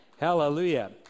Hallelujah